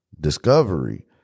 Discovery